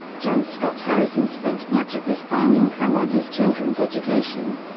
john scott harrison spent much of his farm income on his children's education.